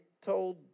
told